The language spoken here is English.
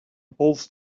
both